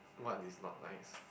what is not nice